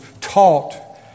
taught